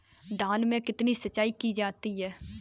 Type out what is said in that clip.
धान में कितनी सिंचाई की जाती है?